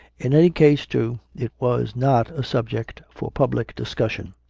in any case, too, it was not a subject for public discussion.